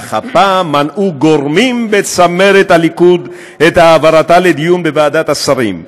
אך הפעם מנעו גורמים בצמרת הליכוד את העברתה לדיון בוועדת השרים.